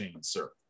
sir